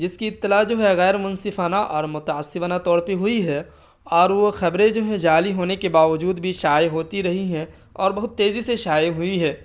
جس کی اطلاع جو ہے غیرمنصفانہ اور متعصبانہ طور پہ ہوئی ہے اور وہ خبریں جو ہے جعلی ہونے کے باوجود بھی شائع ہوتی رہی ہیں اور بہت تیزی سے شائع ہوئی ہے